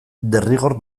derrigor